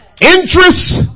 interest